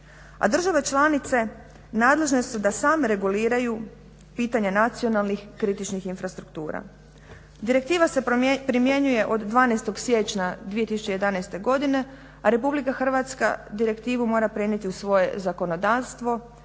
države članice nadležne su da same reguliraju pitanja nacionalnih kritičnih infrastruktura. Direktiva se primjenjuje od 12. siječnja 2011. godine, a Republika Hrvatska direktivu mora prenijeti u svoje zakonodavstvo